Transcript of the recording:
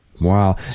Wow